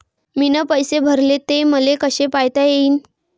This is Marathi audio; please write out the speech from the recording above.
मीन पैसे भरले, ते मले कसे पायता येईन?